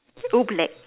Oobleck